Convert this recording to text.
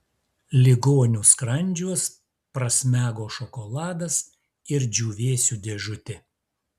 ligonių skrandžiuos prasmego šokoladas ir džiūvėsių dėžutė